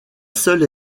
seule